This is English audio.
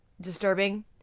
disturbing